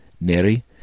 Neri